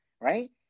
right